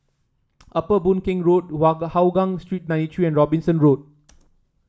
Upper Boon Keng Road Hougang Street ninety three and Robinson Road